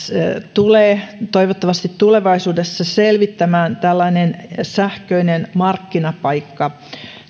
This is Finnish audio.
tulee toivottavasti tulevaisuudessa selvittämään sähköinen markkinapaikka